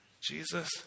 Jesus